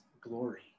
glory